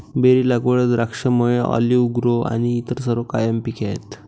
berry लागवड, द्राक्षमळे, olive grove आणि इतर सर्व कायम पिके आहेत